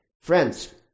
Friends